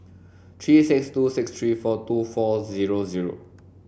three six two six three four two four zero zero